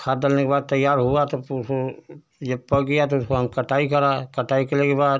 खाद डालने के बाद तैयार हुआ तो फुर फुर जब पक गया तो उसको हम कटाई कराए कटाई करने के बाद